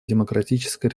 демократической